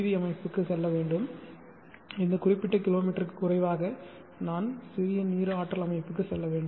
we அமைப்புக்கு செல்ல வேண்டும் இந்த குறிப்பிட்ட கிலோமீட்டருக்கும் குறைவாக நான் சிறிய நீர் ஆற்றல் அமைப்புக்கு செல்ல வேண்டும்